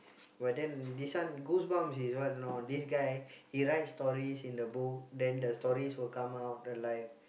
but then this one Goosebumps is what or not this guy he write stories in the book then the stories will come out alive